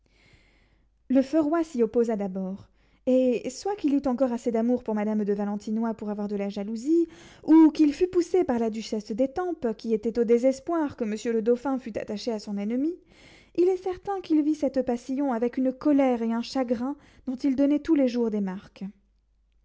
le feu roi s'y opposa d'abord et soit qu'il eût encore assez d'amour pour madame de valentinois pour avoir de la jalousie ou qu'il fût poussé par la duchesse d'étampes qui était au désespoir que monsieur le dauphin fût attaché à son ennemie il est certain qu'il vit cette passion avec une colère et un chagrin dont il donnait tous les jours des marques